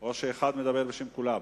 או שאחד מדבר בשם כולם?